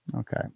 Okay